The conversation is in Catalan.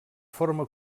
forma